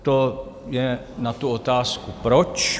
To je na tu otázku, proč.